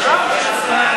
כולם?